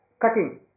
cutting